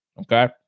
Okay